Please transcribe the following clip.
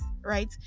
Right